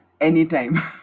Anytime